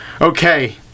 Okay